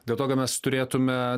dėl to kad mes turėtume